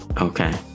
Okay